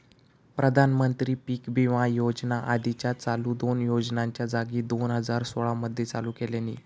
प्रधानमंत्री पीक विमा योजना आधीच्या चालू दोन योजनांच्या जागी दोन हजार सोळा मध्ये चालू केल्यानी